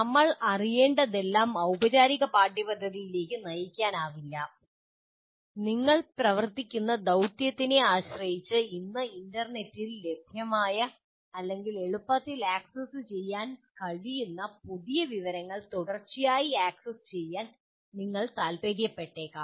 നമ്മൾ അറിയേണ്ടതെല്ലാം ഔപചാരിക പാഠ്യപദ്ധതിയിലേക്ക് നയിക്കാനാവില്ല നിങ്ങൾ പ്രവർത്തിക്കുന്ന ദൌതൃത്തിനെ ആശ്രയിച്ച് ഇന്ന് ഇൻറർനെറ്റിൽ ലഭ്യമായ അല്ലെങ്കിൽ എളുപ്പത്തിൽ ആക്സസ് ചെയ്യാൻ കഴിയുന്ന പുതിയ വിവരങ്ങൾ തുടർച്ചയായി ആക്സസ് ചെയ്യാൻ നിങ്ങൾ താൽപ്പര്യപ്പെട്ടേക്കാം